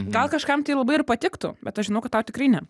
gal kažkam tai labai ir patiktų bet aš žinau kad tau tikrai ne